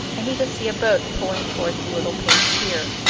and he could see a boat pulling toward the little paved pier.